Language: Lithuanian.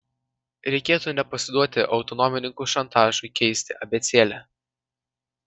reikėtų nepasiduoti autonomininkų šantažui keisti abėcėlę